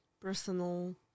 personal